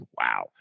Wow